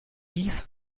dies